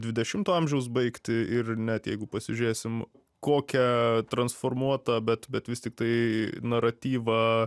dvidešimto amžiaus baigtį ir net jeigu pasižiūrėsim kokią transformuotą bet bet vis tiktai naratyvą